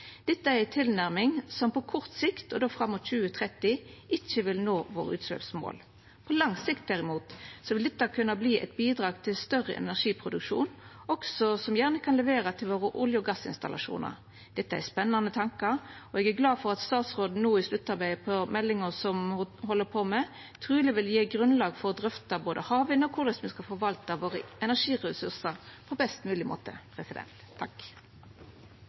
Dette er ei tilnærming som på kort sikt – og då fram mot 2030 – gjer at me ikkje vil nå utsleppsmåla våre. På lang sikt, derimot, vil dette kunna verta eit bidrag til ein større energiproduksjon, som også gjerne kan levera til gassinstallasjonane våre. Dette er spanande tankar, og eg er glad for at statsråden no i sluttarbeidet på meldinga som ho held på med, truleg vil gje grunnlag for å drøfta både havvind og korleis me skal forvalta energiressursane våre på best mogleg måte.